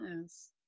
yes